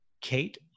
Kate